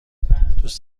دوست